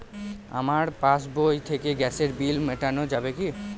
আমার পাসবই থেকে গ্যাসের বিল মেটানো যাবে কি?